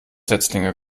setzlinge